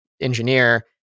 engineer